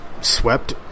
swept